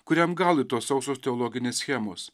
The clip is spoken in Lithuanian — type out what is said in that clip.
kuriam galui tos sausos teologinės schemos